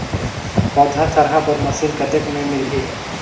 पौधा थरहा बर मशीन कतेक मे मिलही?